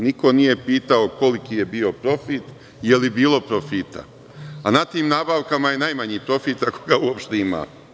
Niko nije pitao koliki je bio profit, je li bilo profita, a na tim nabavkama je najmanji profit, ako ga uopšte ima.